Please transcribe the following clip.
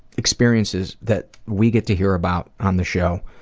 experiences that we get to hear about on this show,